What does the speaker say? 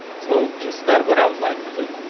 so instead of what i would like to do,